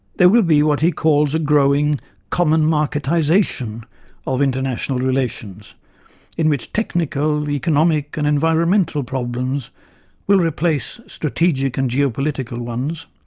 there will be what he calls a growing common marketization of international relations in which technical, economic and environmental problems will replace strategic and geopolitical ones,